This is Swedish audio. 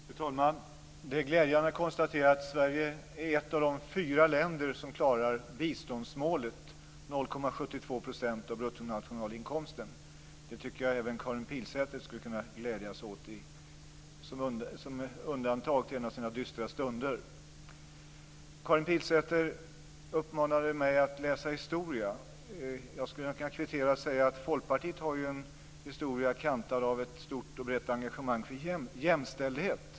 Fru talman! Det är glädjande att konstatera att Sverige är ett av de fyra länder som klarar biståndsmålet, 0,72 % av bruttonationalinkomsten. Det tycker jag att även Karin Pilsäter skulle kunna glädja sig åt, som ett undantag från en av hennes dystra stunder. Karin Pilsäter uppmanade mig att läsa historia. Jag skulle kunna kvittera med att säga att Folkpartiet har en historia kantad av ett stort och brett engagemang för jämställdhet.